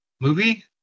movie